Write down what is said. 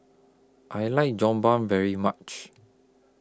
I like Jokbal very much